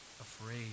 afraid